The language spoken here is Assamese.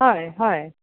হয় হয়